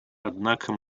однако